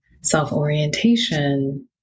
self-orientation